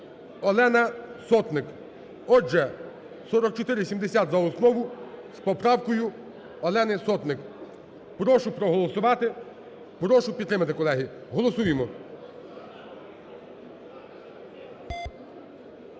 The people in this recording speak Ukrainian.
Олена Сотник. Отже, 4470 за основу з поправкою Олени Сотник. Прошу проголосувати, прошу підтримати, колеги. Голосуємо.